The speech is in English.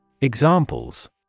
Examples